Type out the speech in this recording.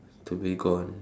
to be gone